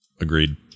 Agreed